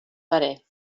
parer